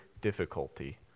difficulty